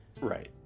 Right